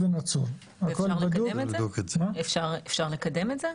ואפשר לקדם את זה?